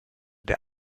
der